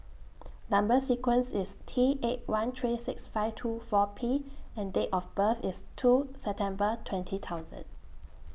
Number sequence IS T eight one three six five two four P and Date of birth IS two September twenty thousand